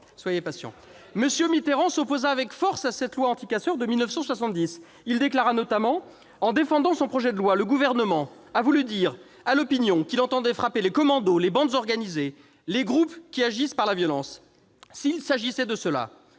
soyez patient ! François Mitterrand, disais-je, s'opposa avec force à la loi anti-casseurs de 1970. Il déclara notamment :« En défendant son projet de loi, le gouvernement a voulu dire à l'opinion qu'il entendait frapper les commandos, les bandes organisées, les groupes qui agissent par la violence. S'il s'agissait de cela,